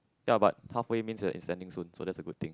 ya but halfway means that it's ending soon so that's a good thing